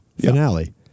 finale